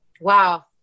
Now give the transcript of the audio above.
Wow